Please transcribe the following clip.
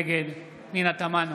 נגד פנינה תמנו,